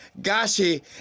Gashi